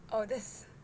oh this